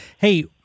Hey